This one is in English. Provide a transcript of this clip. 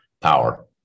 power